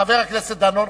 חבר הכנסת דנון.